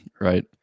right